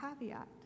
caveat